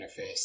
interface